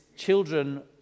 children